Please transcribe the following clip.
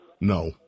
No